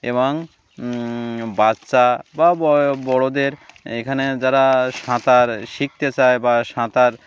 এবং বাচ্চা বা ব বড়োদের এখানে যারা সাঁতার শিখতে চায় বা সাঁতার